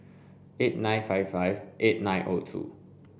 eight nine five five eight nine O two